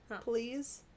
please